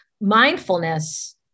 mindfulness